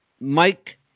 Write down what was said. Mike